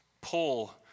pull